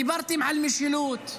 דיברתם על משילות,